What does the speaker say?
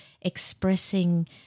expressing